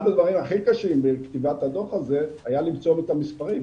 אחד הדברים הכי קשים בכתיבת הדו"ח הזה היה למצוא את המספרים,